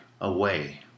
away